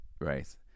right